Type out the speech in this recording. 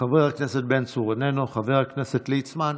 חבר הכנסת בן צור, איננו, חבר הכנסת ליצמן,